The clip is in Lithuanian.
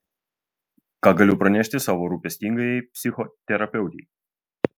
ką galiu pranešti savo rūpestingajai psichoterapeutei